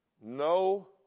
no